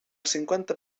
cinquanta